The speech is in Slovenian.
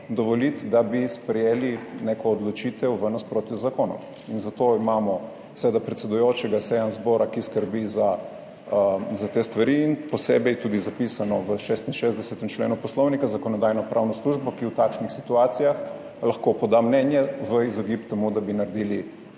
dovoliti, da bi sprejeli neko odločitev v nasprotju z zakonom. Zato imamo seveda predsedujočega seje zbora, ki skrbi za te stvari, in posebej tudi zapisano v 66. členu Poslovnika Zakonodajno-pravno službo, ki v takšnih situacijah lahko poda mnenje v izogib temu, da bi naredili